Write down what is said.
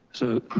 so,